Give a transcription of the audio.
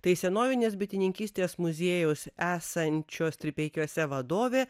tai senovinės bitininkystės muziejaus esančio stripeikiuose vadovė